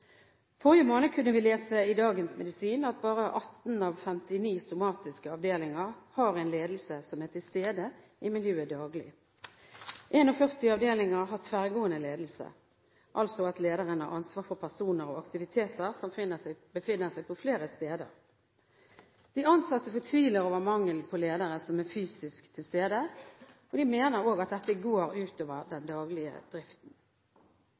Forrige måned kunne vi lese i Dagens Medisin at bare 18 av 59 somatiske avdelinger har en ledelse som er til stede i miljøet daglig. 41 avdelinger har tverrgående ledelse – altså at lederen har ansvar for personer og aktiviteter som befinner seg på flere steder. De ansatte fortviler over mangel på ledere som er fysisk til stede, og de mener òg at dette går ut over den daglige driften.